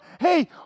hey